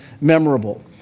memorable